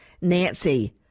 Nancy